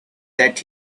that